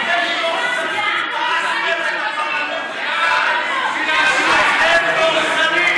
אתם הרסתם את הפרלמנט הישראלי, אתם דורסניים.